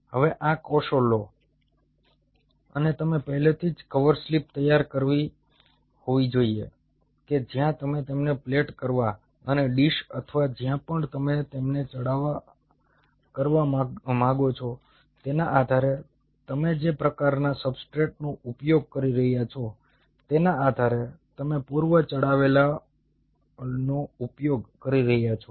હવે આ કોષો લો અને તમે પહેલેથી જ કવર સ્લિપ તૈયાર કરી હોવી જોઈએ કે જ્યાં તમે તેમને પ્લેટ અથવા ડીશ અથવા જ્યાં પણ તમે તેમને ચડાવવા કરવા માંગો છો તેના આધારે તમે જે પ્રકારનાં સબસ્ટ્રેટનો ઉપયોગ કરી રહ્યા છો તેના આધારે તમે પૂર્વ ચડાવેલાનો ઉપયોગ કરી રહ્યા છો